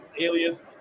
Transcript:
alias